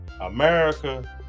America